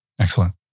Excellent